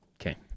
Okay